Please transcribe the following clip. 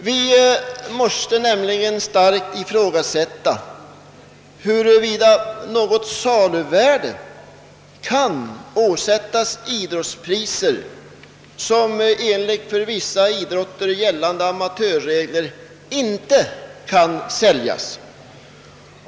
Det måste nämligen starkt ifrågasättas huruvida något saluvärde kan bestämmas för idrottspriser som enligt för vissa idrotter gällande amatörregler inte kan säljas.